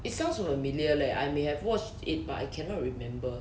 it sounds familiar leh I may have watched it but I cannot remember